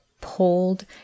pulled